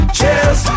Cheers